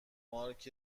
پشت